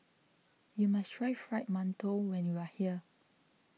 you must try Fried Mantou when you are here